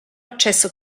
accesso